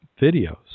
videos